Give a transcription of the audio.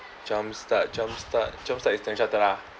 jump start jump start jump start is standard chartered lah